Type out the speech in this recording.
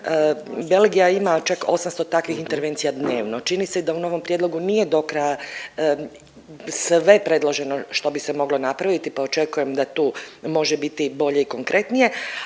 Belgija ima čak 800 takvih informacija dnevno. Čini se da u novom prijedlogu nije do kraja sve predloženo što bi se moglo napraviti pa očekujem da tu može biti bolje i konkretnije.